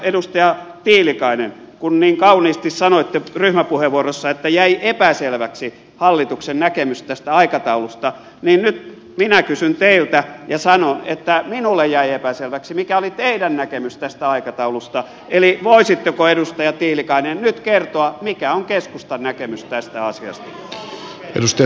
edustaja tiilikainen kun niin kauniisti sanoitte ryhmäpuheenvuorossa että jäi epäselväksi hallituksen näkemys tästä aikataulusta niin nyt minä sanon että minulle jäi epäselväksi mikä oli teidän näkemyksenne tästä aikataulusta eli voisitteko edustaja tiilikainen nyt kertoa mikä on keskustan näkemys tästä asiasta